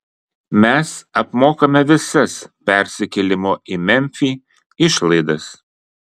mes apmokame visas persikėlimo į memfį išlaidas